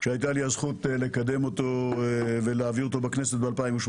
שהייתה לי הזכות לקדם אותו ולהביא אותו בכנסת ב-2018.